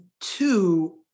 two